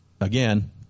Again